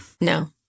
no